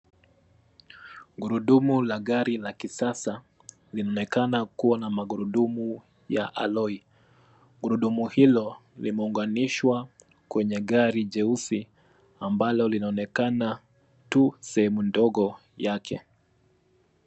Gurudumu la gari la kisasa limekanda kuwa na magurudumu ya aloi. Gurudumu hilo limeunganishwa kwenye gari jeusi ambalo linaonekana tu sehemu ndogo yake.